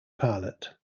pilot